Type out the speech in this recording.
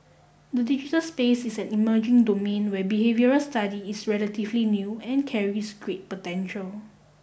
the digital space is an emerging domain where behavioural study is relatively new and carries great potential